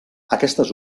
aquestes